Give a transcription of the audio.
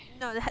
No